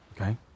okay